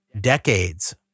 decades